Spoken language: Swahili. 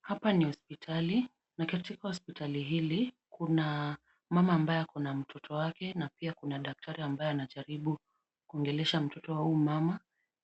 Hapa ni hosipitalini, na katika hosipitali hii, kuna mama ambaye ako na mtoto wake na pia kuna daktari ambaye anajaribu kumuongelesha mtoto wa huyu mama,